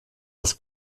das